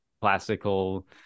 classical